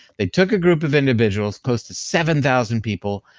they took a group of individuals, close to seven thousand people,